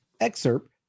excerpt